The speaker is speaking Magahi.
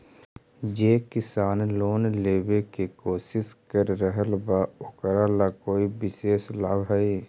जे किसान लोन लेवे के कोशिश कर रहल बा ओकरा ला कोई विशेष लाभ हई?